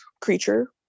creature